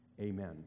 amen